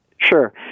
Sure